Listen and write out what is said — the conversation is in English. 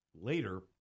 later